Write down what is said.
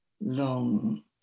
long